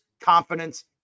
confidence